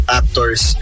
actors